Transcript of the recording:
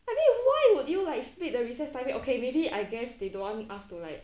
I mean why would you like split the recess timing okay maybe I guess they don't want us to like